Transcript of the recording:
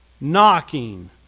knocking